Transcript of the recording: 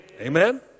Amen